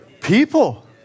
people